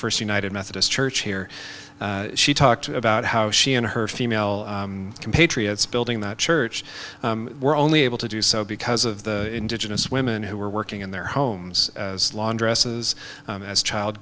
first united methodist church here she talked about how she and her female compatriots building that church were only able to do so because of the indigenous women who were working in their homes as laundresses as child